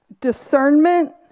discernment